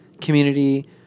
community